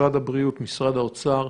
משרד הבריאות ומשרד האוצר,